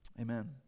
amen